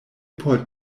por